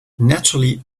naturally